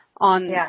On